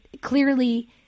clearly